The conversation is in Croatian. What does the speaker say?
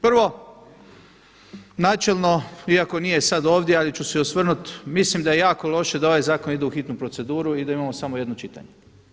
Prvo, načelno iako nije sada ovdje, ali ću se osvrnuti, mislim da je jako loše da ovaj zakon ide u hitnu proceduru i da imamo samo jedno čitanje.